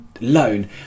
loan